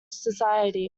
society